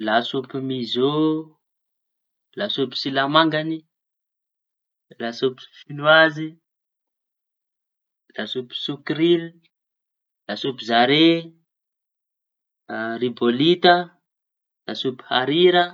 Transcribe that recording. Lasopy mizô, lasopy silamangañy, lasopy siñoazy, lasopy sokrily, lasopy zare, a ribolida, lasopy arira.